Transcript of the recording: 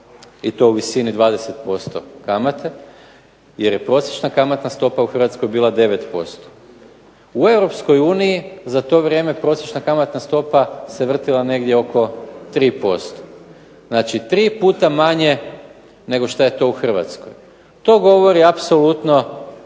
i to u visini 20% kamate jer je prosječna kamatna stopa u Hrvatskoj bila 9%. U Europskoj uniji za to vrijeme prosječna kamatna stopa se vrtila negdje oko 3%. Znači, tri puta manje nego što je to u Hrvatskoj. To govori apsolutno